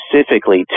specifically